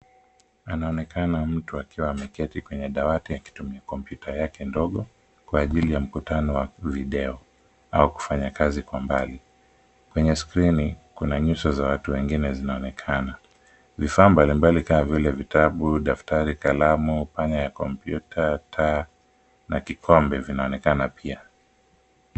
Anaonekana mtu akiwa ameketi kwenye dawati akitumia kompyuta yake ndogo, kwa ajili ya mkutano ya video au kufanya kazi kwa mbali. Kwenye skrini, kuna nyuso za watu wengine zinaonekana. Vifaa mbalimbali kama vile vitabu, daftari, kalamu, panya ya kompyuta, taa na kikombe vinaonekana pia.